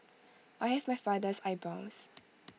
I have my father's eyebrows